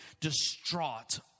distraught